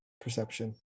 Perception